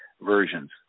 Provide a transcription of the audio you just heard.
versions